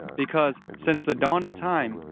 because, since the dawn of time,